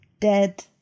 Dead